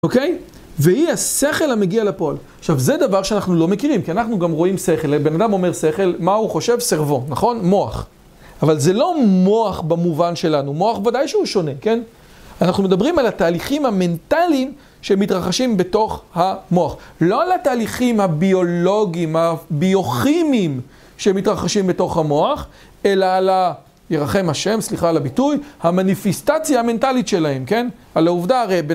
אוקיי? והיא השכל המגיע לפועל. עכשיו, זה דבר שאנחנו לא מכירים, כי אנחנו גם רואים שכל, הבן אדם אומר שכל, מה הוא חושב? SERVEAUX, נכון? מוח. אבל זה לא מוח במובן שלנו, מוח ודאי שהוא שונה, כן? אנחנו מדברים על התהליכים המנטליים שמתרחשים בתוך המוח. לא על התהליכים הביולוגיים, הביוכימיים שמתרחשים בתוך המוח, אלא על ה... ירחם השם, סליחה על הביטוי, המנפיסטציה המנטלית שלהם, כן? על העובדה הרי...